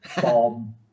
bomb